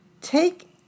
Take